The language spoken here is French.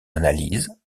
analyse